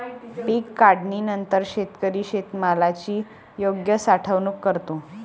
पीक काढणीनंतर शेतकरी शेतमालाची योग्य साठवणूक करतो